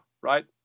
Right